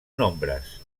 nombres